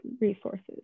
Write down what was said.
resources